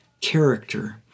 character